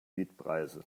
mietpreise